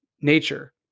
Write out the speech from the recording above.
nature